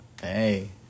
Hey